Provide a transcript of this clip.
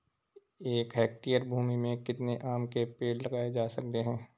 एक हेक्टेयर भूमि में कितने आम के पेड़ लगाए जा सकते हैं?